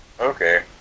Okay